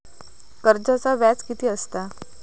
कर्जाचा व्याज कीती असता?